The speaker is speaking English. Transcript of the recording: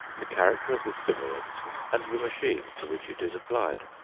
the character of the stimulant and the machine to which it is applied.